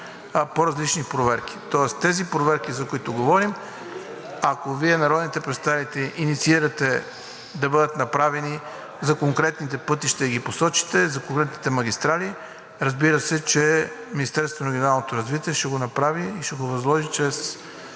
по-различни проверки. Тоест тези проверки, за които говорим, ако Вие, народните представители, инициирате да бъдат направени за конкретните пътища и ги посочите за съответните магистрали, разбира се, че Министерството на регионалното развитие ще го направи и ще го възложи чрез